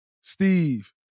Steve